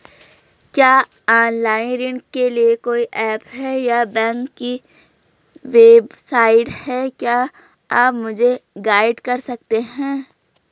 क्या ऑनलाइन ऋण के लिए कोई ऐप या बैंक की वेबसाइट है क्या आप मुझे गाइड कर सकते हैं?